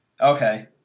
Okay